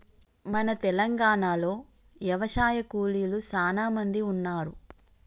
మన తెలంగాణలో యవశాయ కూలీలు సానా మంది ఉన్నారు